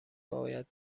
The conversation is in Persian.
باید